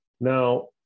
Now